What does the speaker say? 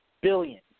billions